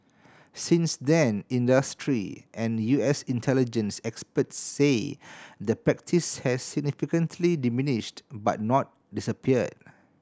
since then industry and U S intelligence experts say the practice has significantly diminished but not disappeared